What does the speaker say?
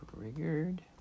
triggered